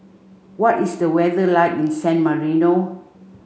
what is the weather like in San Marino